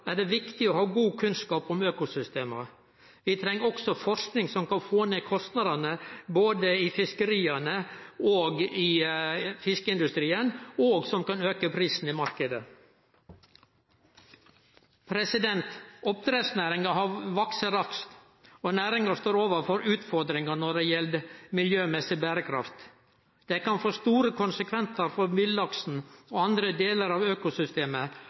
er det viktig å ha god kunnskap om økosystema. Vi treng også forsking som kan få ned kostnadene både i fiskeria og i fiskeindustrien, og som kan auke prisane i marknaden. Oppdrettsnæringa har vakse raskt, og næringa står overfor utfordringar når det gjeld miljømessig berekraft. Det kan få store konsekvensar for villaksen og andre deler av økosystemet